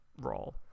role